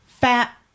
fat